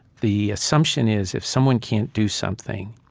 the assumption is if someone can't do something,